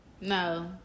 No